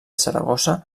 saragossa